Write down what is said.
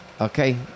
Okay